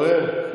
אני השר התורן,